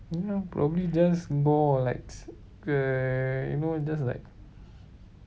you know probably just gore like uh you know just like